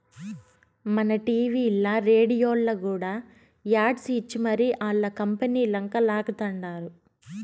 మన టీవీల్ల, రేడియోల్ల కూడా యాడ్స్ ఇచ్చి మరీ ఆల్ల కంపనీలంక లాగతండారు